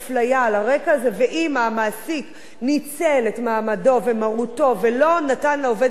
ואם המעסיק ניצל את מעמדו ומרותו ולא נתן לעובדת את מה שמגיע לה,